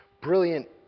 Brilliant